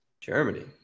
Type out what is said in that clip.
Germany